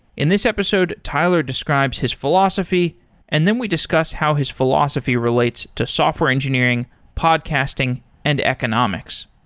in this episode, tyler describes his philosophy and then we discuss how his philosophy relates to software engineering, podcasting and economics.